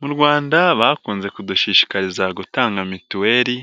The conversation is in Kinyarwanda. Mu Rwanda bakunze kudushishikariza gutanga mituweli